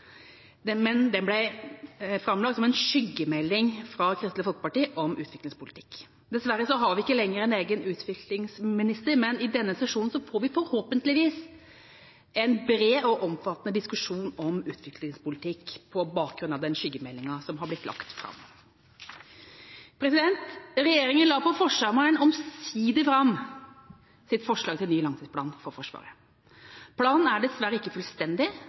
Den ble framlagt som en skyggemelding fra Kristelig Folkeparti om utviklingspolitikk. Dessverre har vi ikke lenger en egen utviklingsminister, men i denne sesjonen får vi forhåpentligvis en bred og omfattende diskusjon om utviklingspolitikk på bakgrunn av den skyggemeldinga som har blitt lagt fram. Regjeringa la på forsommeren omsider fram sitt forslag til ny langtidsplan for Forsvaret. Planen er dessverre ikke fullstendig.